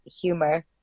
humor